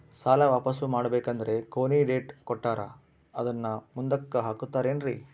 ಸಾಲ ವಾಪಾಸ್ಸು ಮಾಡಬೇಕಂದರೆ ಕೊನಿ ಡೇಟ್ ಕೊಟ್ಟಾರ ಅದನ್ನು ಮುಂದುಕ್ಕ ಹಾಕುತ್ತಾರೇನ್ರಿ?